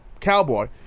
Cowboy